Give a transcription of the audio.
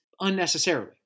unnecessarily